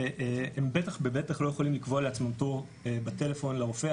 והם בטח ובטח לא יכולים לקבוע לעצמם תור בטלפון לרופא,